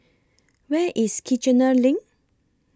Where IS Kiichener LINK